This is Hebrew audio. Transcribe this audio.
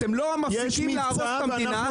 אתם לא מפסיקים להרוס את המדינה,